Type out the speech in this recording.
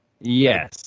Yes